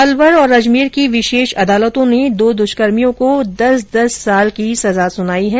अलवर और अजमेर की विशेष अदालतो ने दो दुष्कर्मियों को दस दस साल की सजा सुनाई है